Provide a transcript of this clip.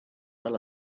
fel